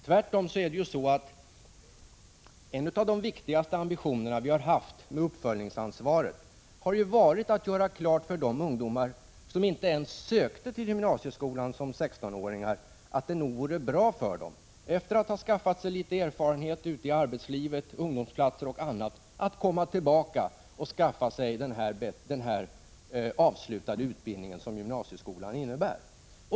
Tvärtom har en av de viktigaste ambitioner vi har haft med uppföljningsansvaret varit att göra klart för de ungdomar som inte ens sökte till gymnasieskolan som 16-åringar, att det nog vore bra för dem -— efter det att de skaffat sig litet erfarenhet ute i arbetslivet, av ungdomsplatser och annat — att komma tillbaka och skaffa sig den avslutade utbildning som gymnasieskolan innebär.